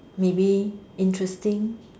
maybe interesting